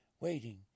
waiting